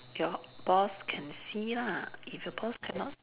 your boss can see lah if your boss cannot see